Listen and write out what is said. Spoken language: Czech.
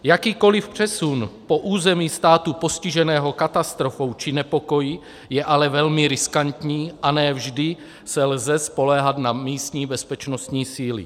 Jakýkoliv přesun po území státu postiženého katastrofou či nepokoji je velmi riskantní a ne vždy se lze spoléhat na místní bezpečností síly.